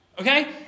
Okay